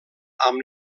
amb